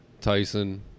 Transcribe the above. Tyson